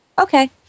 okay